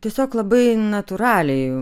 tiesiog labai natūraliai